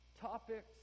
topics